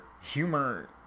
humor